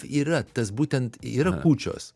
yra tas būtent yra kūčios